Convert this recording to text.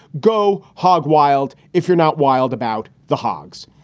go hog wild if you're not wild about the hogs.